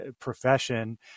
profession